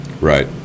Right